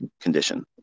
condition